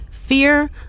Fear